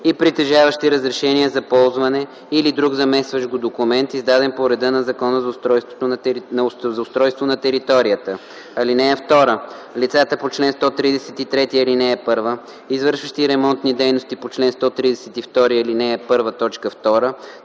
и притежаващи разрешение за ползване или друг заместващ го документ, издаден по реда на Закона за устройство на територията. (2) Лицата по чл. 133, ал. 1, извършващи ремонтни дейности по чл. 132, ал.